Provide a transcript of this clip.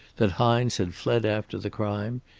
that hines had fled after the crime,